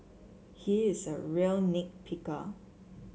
he is a real nit picker